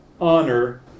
Honor